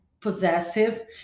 possessive